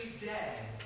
dead